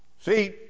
See